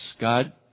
God